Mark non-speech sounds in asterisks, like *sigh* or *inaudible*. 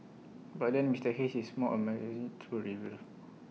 but then Mister Hayes is more A *unintelligible* true believer